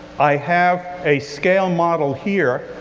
i have a scale model here.